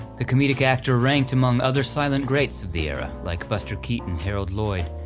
the comedic actor ranked among other silent greats of the era like buster keaton, harold lloyd,